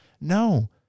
No